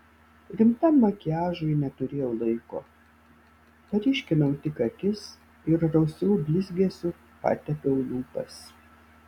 rimtam makiažui neturėjau laiko paryškinau tik akis ir rausvu blizgesiu patepiau lūpas